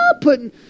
putting